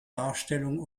darstellung